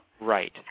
Right